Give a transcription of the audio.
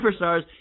superstars